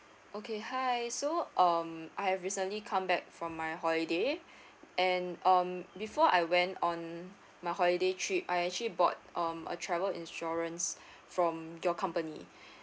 okay hi so um I've recently come back from my holiday and um before I went on my holiday trip I actually bought um a travel insurance from your company